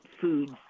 foods